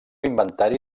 inventari